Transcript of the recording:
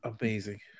Amazing